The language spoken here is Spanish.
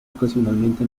ocasionalmente